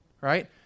Right